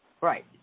Right